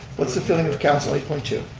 what's the feeling of council eight point two?